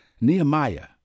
nehemiah